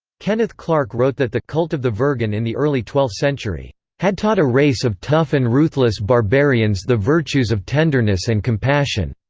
kenneth clark wrote that the cult of the virgin in the early twelfth century had taught a race of tough and ruthless barbarians the virtues of tenderness and compassion